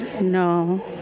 no